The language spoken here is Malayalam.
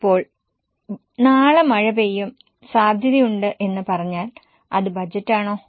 അപ്പോൾ നാളെ മഴ പെയ്യാൻ സാധ്യതയുണ്ടെന്ന് പറഞ്ഞാൽ അത് ബജറ്റാണോ